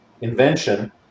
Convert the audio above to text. invention